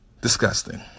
disgusting